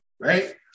Right